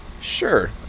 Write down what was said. sure